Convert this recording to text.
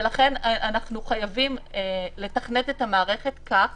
ולכן אנחנו חייבים לתכנת את המערכת כך